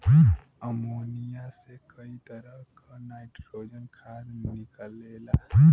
ammonia से कई तरह क नाइट्रोजन खाद निकलेला